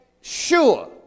sure